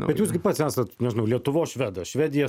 bet jūs gi pats esat nežinau lietuvos švedas švedija